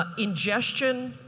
ah ingestion,